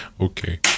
Okay